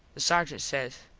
the sargent says,